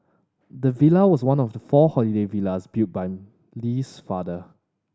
the villa was one of the four holiday villas built by Lee's father